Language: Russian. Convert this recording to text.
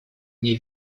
мне